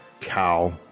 cow